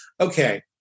okay